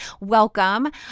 Welcome